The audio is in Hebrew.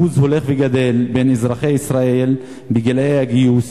אחוז הולך וגדל בין אזרחי ישראל בגילי הגיוס,